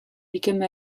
became